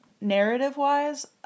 narrative-wise